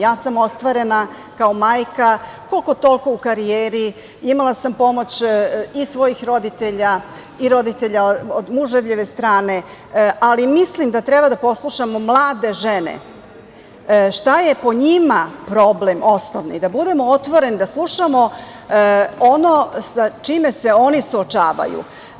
Ja sam ostvarena kao majka, koliko, toliko u karijeri, imala sam pomoć i svojih roditelja i roditelja od muževljeve strane, ali mislim da treba da poslušamo mlade žene, šta je po njima problem osnovni, da budemo otvoreni, da slušamo ono sa čime se oni suočavaju.